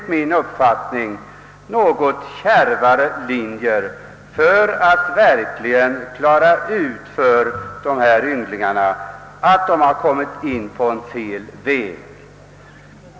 Jag menar att det kan behövas en något kärvare linje för att få ungdomar att inse att de har kommit in på fel väg.